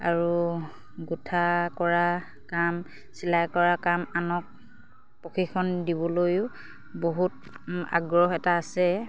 আৰু গোঁঠা কৰা কাম চিলাই কৰা কাম আনক প্ৰশিক্ষণ দিবলৈয়ো বহুত আগ্ৰহ এটা আছে